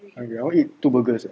okay I want eat two burgers